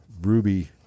Ruby